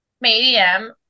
medium